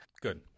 Good